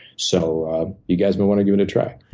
so you guys may want to give it a try.